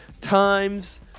times